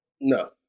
No